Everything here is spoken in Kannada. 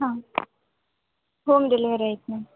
ಹಾಂ ಹೋಮ್ ಡೆಲಿವರಿ ಐತೆ ಮ್ಯಾಮ್